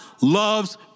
loves